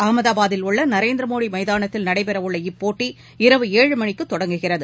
அகமதாபாத்தில் உள்ளநரேந்திரமோடிமைதானத்தில் நடைபெறவுள்ள இப்போட்டி இரவு ஏழு மணிக்குதொடங்குகிறது